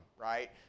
right